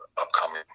upcoming